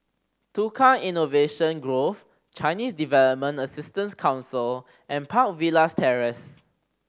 Tukang Innovation Grove Chinese Development Assistance Council and Park Villas Terrace